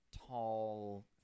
Tall